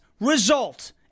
result